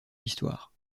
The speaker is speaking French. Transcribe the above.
l’histoire